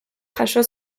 jaso